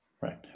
Right